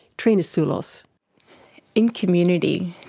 trina soulos in community,